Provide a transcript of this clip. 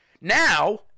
Now